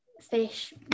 fish